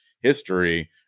history